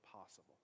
possible